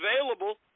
available